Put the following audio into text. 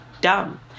dumb